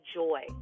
joy